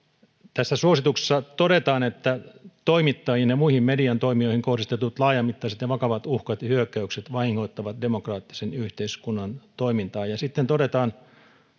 tässä suosituksessa todetaan että toimittajiin ja muihin median toimijoihin kohdistetut laajamittaiset ja vakavat uhkat ja hyökkäykset vahingoittavat demokraattisen yhteiskunnan toimintaa ja sitten todetaan